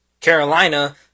Carolina